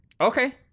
Okay